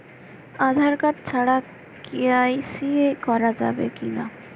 Aadhaar card ছাড়া কে.ওয়াই.সি করা যাবে কি না?